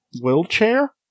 wheelchair